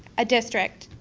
a district,